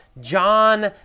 John